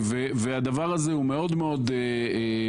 הדבר הזה הוא מאוד מאוד בעייתי.